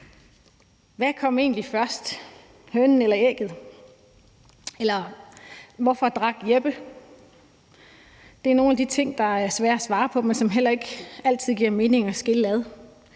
Hvad kom egentlig først – hønen eller ægget? Eller hvorfor drak Jeppe? Det er nogle af de ting, der er svære at svare på, men som det heller ikke altid giver mening at skille ad.